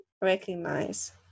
recognize